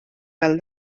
fel